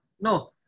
No